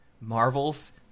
Marvel's